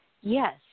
yes